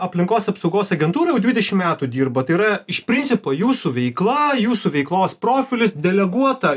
aplinkos apsaugos agentūra jau dvidešim metų dirba tai yra iš principo jūsų veikla jūsų veiklos profilis deleguota